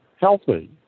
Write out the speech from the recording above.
healthy